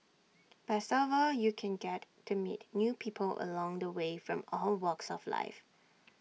best of all you can get to meet new people along the way from all walks of life